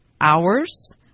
hours